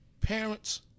parents